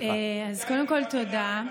קודם כול, תודה.